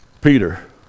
Peter